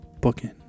Booking